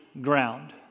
ground